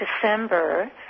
december